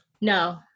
no